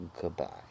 Goodbye